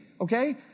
okay